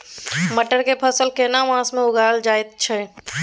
मटर के फसल केना मास में उगायल जायत छै?